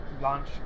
launch